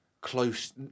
close